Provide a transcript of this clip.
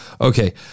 Okay